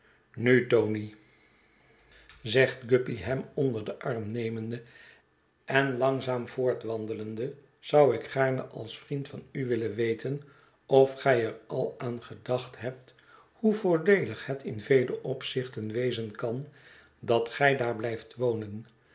nu tony zegt guppy hem onder den arm nemende en langzaam voortwandelende zou ik gaarne als vriend van u willen weten of gij er al aan gedacht hebt hoe voordeelig het in vele opzichten wezen kan dat gij daar blijft wonen